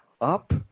up